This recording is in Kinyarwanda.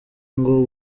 ngo